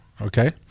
okay